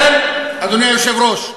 לכן, אדוני היושב-ראש,